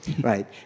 Right